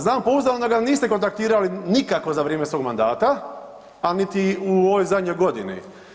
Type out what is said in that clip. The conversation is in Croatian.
Znam pouzdano da ga niste kontaktirali nikako za vrijeme svog mandata, a niti u ovoj zadnjoj godini.